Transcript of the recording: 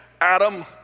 Adam